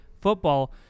football